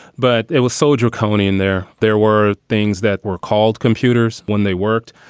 but it was so draconian there. there were things that were called computers when they worked.